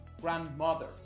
grandmother